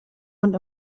und